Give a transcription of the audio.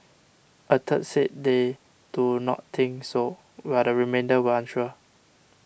a third said they do not think so while the remainder were unsure